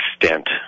extent